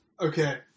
Okay